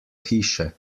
hiše